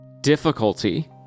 ...difficulty